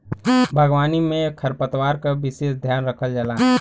बागवानी में खरपतवार क विसेस ध्यान रखल जाला